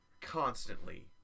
constantly